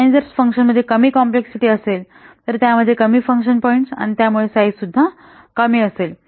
आणि जर फंक्शनमध्ये कमी कॉम्प्लेक्सिटी होत असेल तर त्यामध्ये कमी फंक्शन पॉईंट्स आणि त्यामुळे साईझ कमी असेल